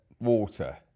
water